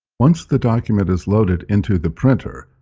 once the document is loaded into the printer,